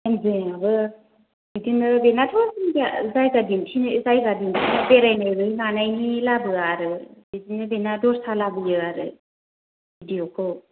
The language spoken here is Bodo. एमजेनाबो बिदिनो बेनाथ' एमजेना जायगा दिन्थिनो जायगा दिन्थिनो बेरायनाय मानायनि लाबोआ आरो बिदिनो बेना दस्रा लाबोयो आरो भिडिय'खौ